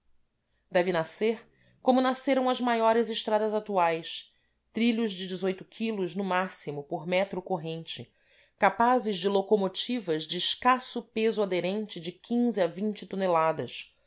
deve nascer como nasceram as maiores estradas atuais trilhos de quilos no máximo por metro corrente capazes de locomotivas de escasso peso aderente de a toneladas